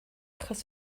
achos